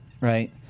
right